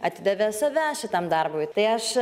atidavė save šitam darbui tai aš